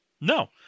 No